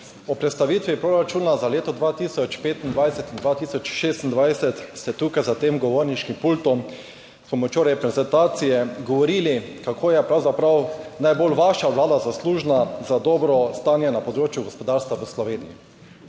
Ob predstavitvi proračuna za leti 2025 in 2026 ste za tem govorniškim pultom s pomočjo prezentacije govorili, kako je pravzaprav najbolj vaša vlada zaslužna za dobro stanje na področju gospodarstva v Sloveniji.